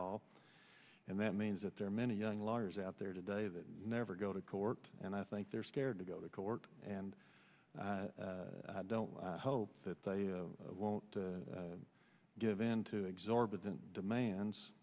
law and that means that there are many young lawyers out there today that never go to court and i think they're scared to go to court and don't hope that they won't give in to exorbitant demands